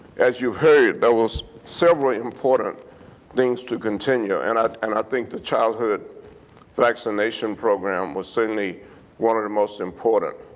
as you've heard there was several important things to continue and ah and i think the childhood vaccination program was certainly one of the most important.